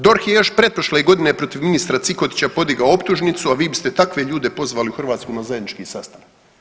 DORH je još pretprošle godine protiv ministra Cikotića podigao optužnicu, a vi biste takve ljude pozvali u Hrvatsku na zajednički sastanak.